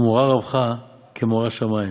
ומורא רבך כמורא שמים.